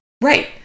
Right